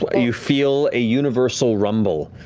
but you feel a universal rumble.